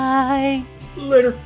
Later